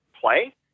play